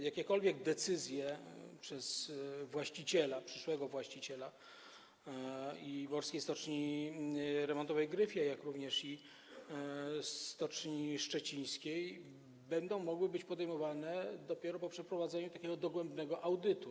Jakiekolwiek decyzje przez właściciela, przyszłego właściciela, i Morskiej Stoczni Remontowej Gryfia, i Stoczni Szczecińskiej będą mogły być podejmowane dopiero po przeprowadzeniu dogłębnego audyty.